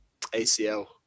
ACL